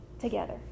together